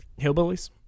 Hillbillies